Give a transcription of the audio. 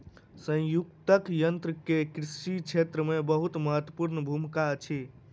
संयुक्तक यन्त्र के कृषि क्षेत्र मे बहुत महत्वपूर्ण भूमिका अछि